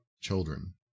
children